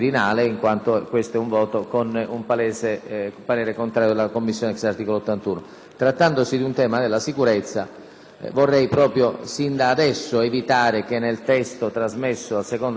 vorrei proprio sin da ora evitare che nel testo trasmesso al secondo ramo del Parlamento possano esserci norme che, sì, potrebbero essere soppresse dalla Camera ma, ove mantenute, potrebbero costituire